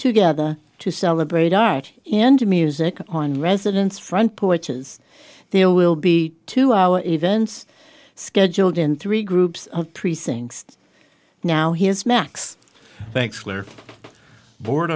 together to celebrate art and music on residents front porches there will be to our events scheduled in three groups of precincts now here's max